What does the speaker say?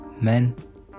Men